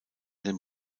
den